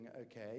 okay